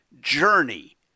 journey